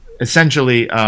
essentially –